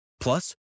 Plus